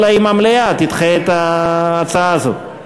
אלא אם המליאה תדחה את ההצעה הזו,